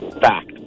Fact